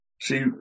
See